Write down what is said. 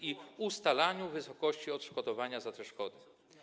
i ustalaniu wysokości odszkodowania za te szkody.